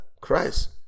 Christ